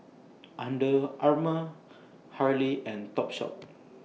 Under Armour Hurley and Topshop